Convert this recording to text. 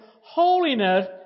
holiness